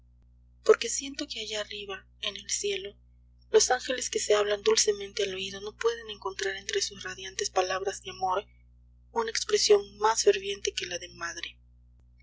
porque siento que allá arriba en el cielo los ángeles que se hablan dulcemente al oído no pueden encontrar entre sus radiantes palabras de amor una expresión más ferviente que la de madre